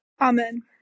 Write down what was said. Amen